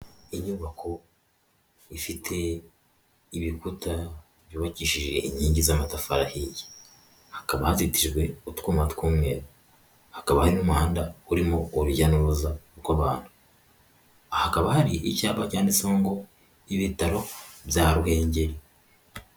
Inyubako ifite ibikuta byubakishije inkingi z'amatafari ahiye, hakaba hazitijwe utwuma tw'umweru, hakaba hari n'umuhanda urimo urujya n'uruza rw'abantu, hakaba hari icyapa cyanditseho ngo ibitaro bya Ruhengeri.